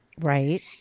Right